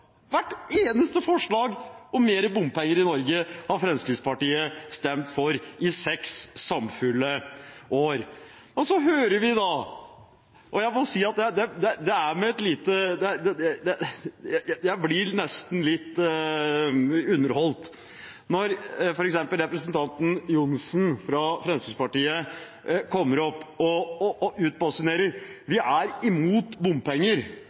hvert eneste forslag! Hvert eneste forslag om mer bompenger i Norge har Fremskrittspartiet stemt for i seks samfulle år. Så ser vi – og jeg blir nesten litt underholdt av det – f.eks. representanten Tor André Johnsen fra Fremskrittspartiet komme opp på talerstolen og utbasunere: Vi er imot bompenger! Så gjentar han: Vi er virkelig imot bompenger!